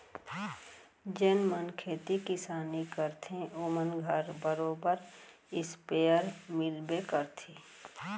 जेन मन खेती किसानी करथे ओ मन घर बरोबर इस्पेयर मिलबे करथे